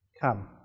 Come